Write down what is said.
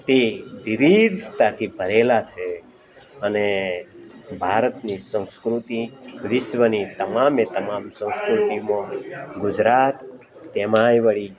તે વિવિધતાથી ભરેલા છે અને ભારતની સંસ્કૃતિ વિશ્વની તમામે તમામ સંસ્કૃતિમાં ગુજરાત એમાંય વળી